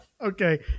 Okay